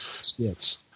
skits